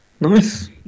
Nice